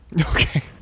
Okay